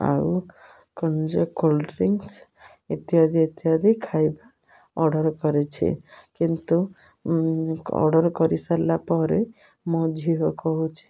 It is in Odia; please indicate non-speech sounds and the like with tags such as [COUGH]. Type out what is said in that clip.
ଆଉ [UNINTELLIGIBLE] କୋଲ୍ଡ ଡ୍ରିଙ୍କସ୍ ଇତ୍ୟାଦି ଇତ୍ୟାଦି ଖାଇବା ଅର୍ଡ଼ର କରିଛି କିନ୍ତୁ ଅର୍ଡ଼ର କରିସାରିଲା ପରେ ମୋ ଝିଅ କହୁଛି